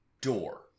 door